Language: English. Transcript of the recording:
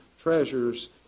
treasures